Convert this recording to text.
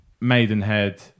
Maidenhead